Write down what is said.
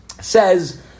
Says